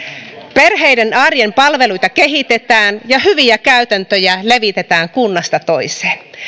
perheiden arjen palveluita kehitetään ja hyviä käytäntöjä levitetään kunnasta toiseen